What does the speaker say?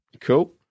Cool